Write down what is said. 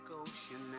ocean